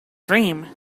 dream